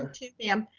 um to ma'am.